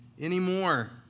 anymore